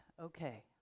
okay